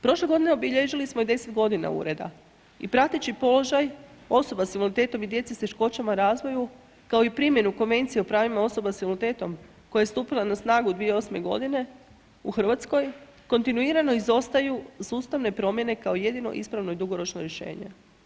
Prošle godine obilježili smo i 10 godina ureda i prateći položaj osoba i invaliditetom i djece s teškoćama u razvoju kao i primjenu Konvencije o pravima osoba s invaliditetom koja je stupila na snagu 2008. godine u Hrvatskoj kontinuirano izostaju sustavne promjene kao jedino ispravo i dugoročno rješenje.